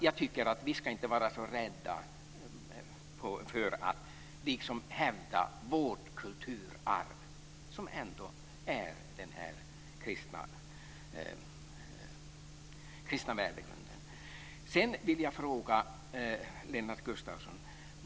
Jag tycker att vi inte ska vara så rädda för att hävda vårt kulturarv som ändå är den kristna värdegrunden.